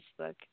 Facebook